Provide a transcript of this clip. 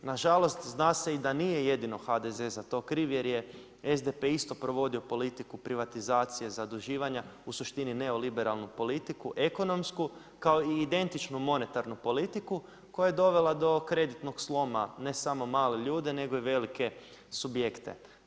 Nažalost zna se da nije jedino HDZ za to kriv, jer je SDP isto provodio politiku privatizacije zaduživanja u suštini neoliberalnu politiku, ekonomsku, kao i identičnu monetarnu politiku, koja je dovela do kreditnog sloma, ne samo male ljude, nego i velike subjekte.